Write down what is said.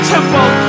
Temple